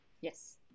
Yes